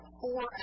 four